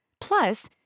Plus